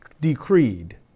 decreed